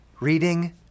reading